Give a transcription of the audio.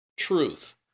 truth